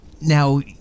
Now